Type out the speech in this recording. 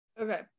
Okay